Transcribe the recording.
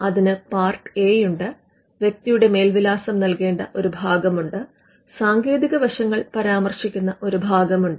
അതിനു part A ഉണ്ട് വ്യക്തിയുടെ മേൽവിലാസം നൽകേണ്ട ഒരു ഭാഗമുണ്ട് സാങ്കേതിക വശങ്ങൾ പരാമർശിക്കുന്ന ഒരു ഭാഗം ഉണ്ട്